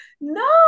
No